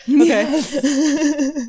Okay